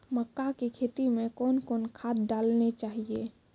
मक्का के खेती मे कौन कौन खाद डालने चाहिए?